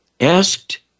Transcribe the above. asked